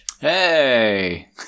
hey